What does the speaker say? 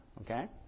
Okay